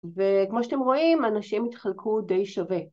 וכמו שאתם רואים, האנשים התחלקו די שווה.